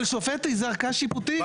אבל שופט, זה ערכאה שיפוטית.